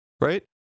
Right